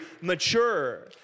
mature